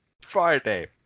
Friday